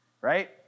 right